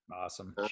Awesome